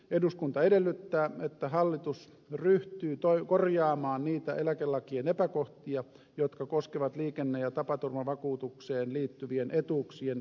eduskunta edellyttää että hallitus ryhtyy korjaamaan niitä eläkelakien epäkohtia jotka koskevat liikenne ja tapaturmavakuutukseen liittyvien etuuksien vähentämistä työeläkkeistä